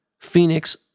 Phoenix